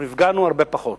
אנחנו נפגענו הרבה פחות.